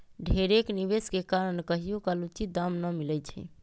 ढेरेक निवेश के कारण कहियोकाल उचित दाम न मिलइ छै